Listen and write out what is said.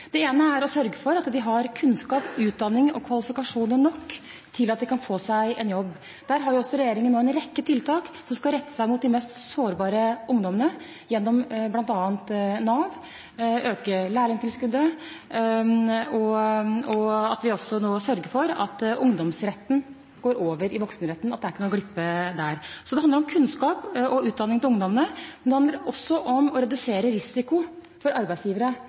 ene er å sørge for at de har kunnskap, utdanning og kvalifikasjoner nok til at de kan få seg en jobb. Der har regjeringen nå en rekke tiltak som skal rette seg mot de mest sårbare ungdommene, gjennom bl.a. Nav, ved å øke lærlingtilskuddet, og at vi nå også sørger for at ungdomsretten går over i voksenretten – at det er ikke noen glipe der. Så det handler om kunnskap og utdanning til ungdommene, men det handler også om å redusere risikoen for arbeidsgivere